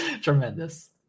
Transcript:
tremendous